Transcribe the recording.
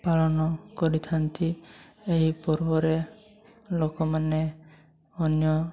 ପାଳନ କରିଥାନ୍ତି ଏହି ପର୍ବରେ ଲୋକମାନେ ଅନ୍ୟ